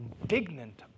indignant